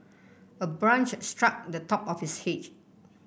a branch struck the top of his hedge